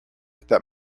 that